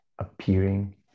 appearing